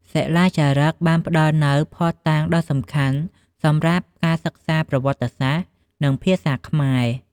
សិលាចារឹកបានផ្ដល់នូវភស្តុតាងដ៏សំខាន់សម្រាប់ការសិក្សាប្រវត្តិសាស្ត្រ និងភាសាខ្មែរ។